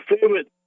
favorite